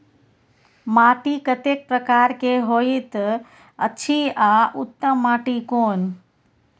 माटी कतेक प्रकार के होयत अछि आ उत्तम माटी कोन?